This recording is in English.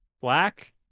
Black